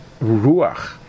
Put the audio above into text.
ruach